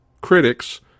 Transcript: critics